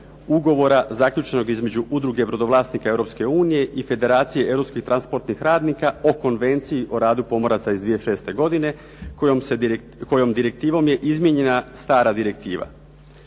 ugovora zaključenog između Udruga brodovlasnika Europske unije i Federacije europskih transportnih radnika o Konvenciji o radu pomoraca iz 2006. godine, kojom direktivom je izmijenjena stara direktiva.